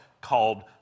called